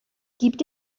gibt